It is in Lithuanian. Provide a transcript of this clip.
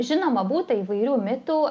žinoma būta įvairių mitų